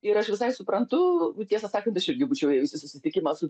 ir aš visai suprantu tiesą sakant aš irgi būčiau jūsų susitikimą su